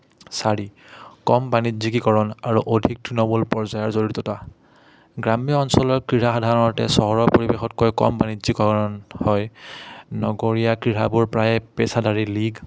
চাৰি কম বাণিজ্যিকীকৰণ আৰু অধিক তৃণমূল পৰ্যায়ৰ জড়িততা গ্ৰাম্য অঞ্চলৰ ক্ৰীড়া সাধাৰণতে চহৰৰ পৰিৱেশতকৈ কম বাণিজ্যীকৰণ হয় নগৰীয়া ক্ৰীড়াবোৰ প্ৰায় পেচাদাৰী লীগ